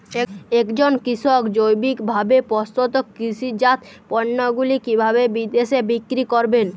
একজন কৃষক জৈবিকভাবে প্রস্তুত কৃষিজাত পণ্যগুলি কিভাবে বিদেশে বিক্রি করবেন?